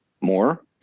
more